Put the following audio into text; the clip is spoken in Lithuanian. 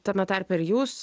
tame tarpe ir jūs